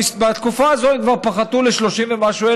ובתקופה הזו הם כבר פחתו ל-30,000 אלף ומשהו,